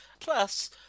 Plus